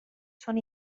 són